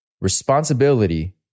responsibility